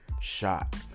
shot